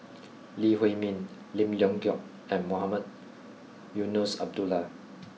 Lee Huei Min Lim Leong Geok and Mohamed Eunos Abdullah